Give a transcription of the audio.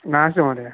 नास्ति महोदय